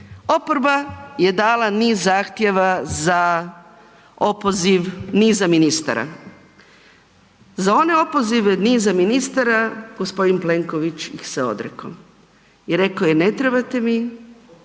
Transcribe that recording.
oporba je dala niz zahtjeva za opoziv niza ministara, za one opozive niza ministara gospodin Plenković ih se odrekao i rekao je ne trebate mi,